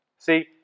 See